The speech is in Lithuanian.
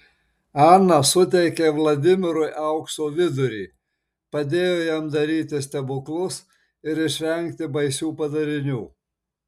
ana suteikė vladimirui aukso vidurį padėjo jam daryti stebuklus ir išvengti baisių padarinių